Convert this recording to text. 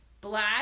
black